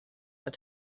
what